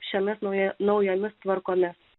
šiomis nauji naujomis tvarkomis